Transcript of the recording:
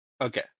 Okay